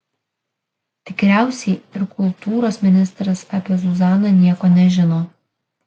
tikriausiai ir kultūros ministras apie zuzaną nieko nežino